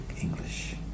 English